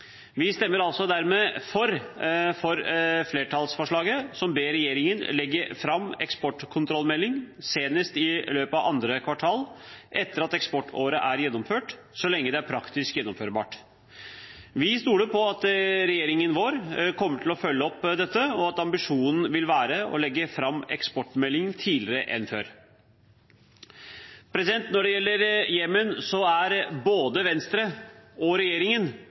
Vi vil altså dermed stemme for forslaget til vedtak, der en «ber regjeringen legge fram eksportkontrollmeldingen senest i løpet av andre kvartal etter at eksportåret er gjennomført, hvis dette er praktisk gjennomførbart». Vi stoler på at regjeringen kommer til å følge opp dette, og at ambisjonen vil være å legge fram eksportmeldingen tidligere enn før. Når det gjelder Jemen, er både Venstre og regjeringen